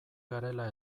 garela